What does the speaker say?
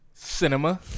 Cinema